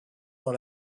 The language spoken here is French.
dans